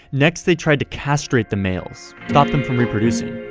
next, they tried to castrate the males, stop them from reproducing.